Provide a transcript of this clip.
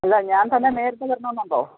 ഇല്ല ഞാൻ തന്നെ നേരിട്ട് വരണമെന്നുണ്ടോ